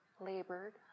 labored